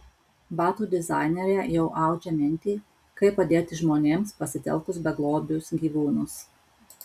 batų dizainerė jau audžia mintį kaip padėti žmonėms pasitelkus beglobius gyvūnus